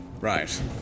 Right